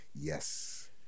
Yes